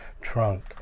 trunk